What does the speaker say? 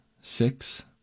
six